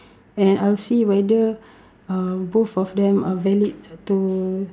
and I'll see whether uh both of them are valid to